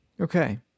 okay